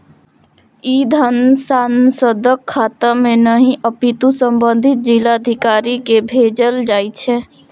ई धन सांसदक खाता मे नहि, अपितु संबंधित जिलाधिकारी कें भेजल जाइ छै